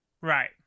Right